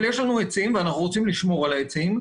אבל יש לנו עצים ואנחנו רוצים לשמור על העצים,